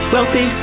Wealthy